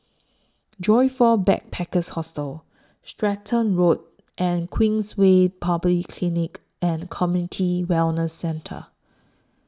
Joyfor Backpackers' Hostel Stratton Road and Queenstown Polyclinic and Community Wellness Centre